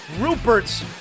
Rupert's